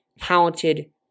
talented